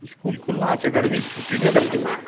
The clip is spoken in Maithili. इसकुल खुला छै गरमीके छुट्टी नहि देलकै इसकुल